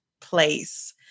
place